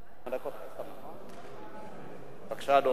בבקשה, אדוני.